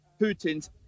Putin's